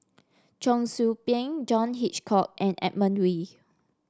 Cheong Soo Pieng John Hitchcock and Edmund Wee